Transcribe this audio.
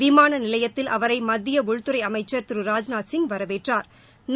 விமான நிலையத்தில் அவரை மத்திய உள்துறை அமைச்சள் திரு ராஜ்நாத் சிங் வரவேற்றாா்